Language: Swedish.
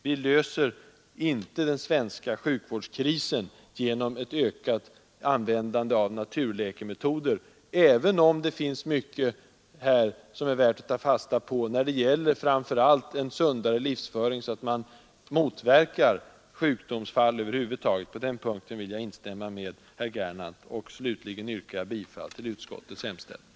Vi löser inte den svenska sjukvårdskrisen genom ett ökat användande av naturläkemetoder, även om det här finns mycket som är värt att ta fasta på, framför allt när det gäller en sundare livsföring för att motverka att sjukdomar uppstår. På den punkten vill jag instämma med herr Gernandt. Jag ber slutligen att få yrka bifall till utskottets hemställan.